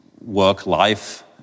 work-life